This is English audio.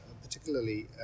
particularly